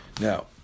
Now